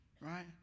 right